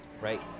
right